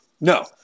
No